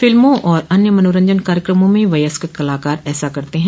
फिल्मों और अन्य मनोरंजन कार्यक्रमों में वयस्क कलाकार ऐसा करते हैं